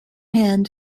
hand